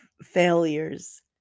failures